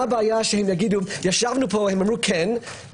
מה הבעיה שהם יגידו ישבנו פה והם אמרו כן,